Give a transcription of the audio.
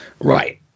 Right